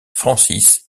francis